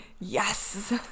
Yes